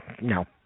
No